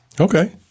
Okay